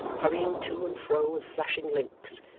hurrying to and fro with flashing links,